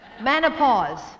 Menopause